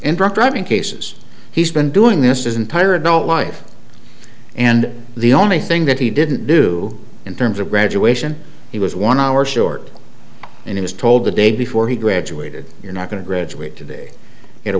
drunk driving cases he's been doing this is entire adult life and the only thing that he didn't do in terms of graduation he was one hour short and he was told the day before he graduated you're not going to graduate today